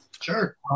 Sure